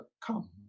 come